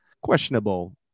questionable